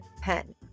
pen